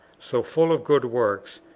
so full of good works,